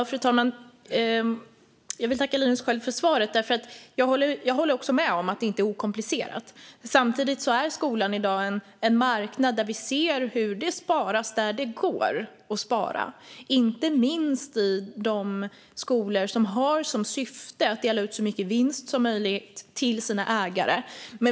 Fru talman! Jag vill tacka Linus Sköld för svaret. Jag håller med om att det här inte är okomplicerat. Samtidigt är skolan i dag en marknad där vi ser hur det sparas där det går att spara, inte minst i de skolor som har som syfte att dela ut så mycket vinst som möjligt till sina ägare.